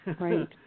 Right